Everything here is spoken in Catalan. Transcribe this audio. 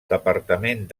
departament